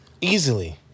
Easily